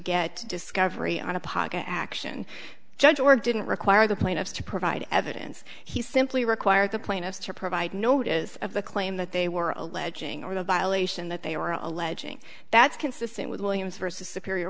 to discovery on a pocket action judge or didn't require the plaintiffs to provide evidence he simply required the plaintiffs to provide note is of the claim that they were alleging or the violation that they are alleging that's consistent with williams versus superior